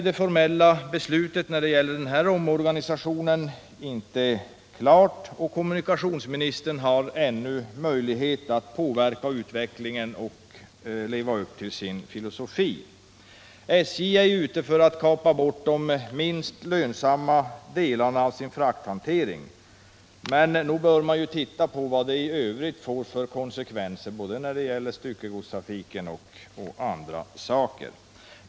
Det formella beslutet om omorganisationen är ännu inte klart, och kommunikationsministern har fortfarande möjlighet att påverka utvecklingen och leva upp till sin filosofi. SJ är ju ute efter att kapa bort de minst lönsamma delarna av sin frakthantering, men nog bör man se på vad det i övrigt får för konsekvenser både vad gäller styckegodstrafiken och på andra punkter.